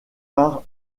par